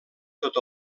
tot